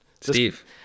Steve